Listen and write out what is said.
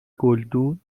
گلدون